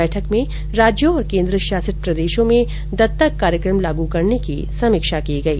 बैठक में राज्यों और केंद्र शासित प्रदेशों में दत्तक कार्यक्रम लागू करने की समीक्षा की गयी